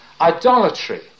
idolatry